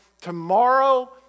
tomorrow